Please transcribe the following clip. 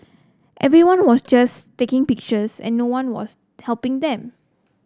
everyone was just taking pictures and no one was helping them